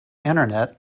internet